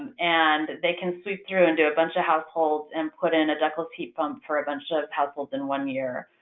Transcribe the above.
and they can sweep through and do a bunch of households and put in a ductless heat pump for a bunch of households in one year.